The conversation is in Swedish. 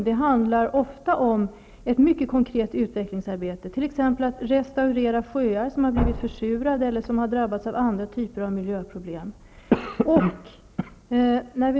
Det handlar ofta om ett mycket konkret utvecklingsarbete, t.ex. att restaurera sjöar som har blivit försurade eller som har drabbats av andra typer av miljöproblem.